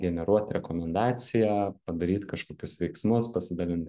generuot rekomendaciją padaryt kažkokius veiksmus pasidalint